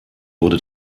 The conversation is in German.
wurde